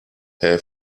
air